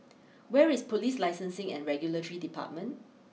where is police Licensing and Regulatory Department